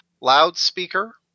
loudspeaker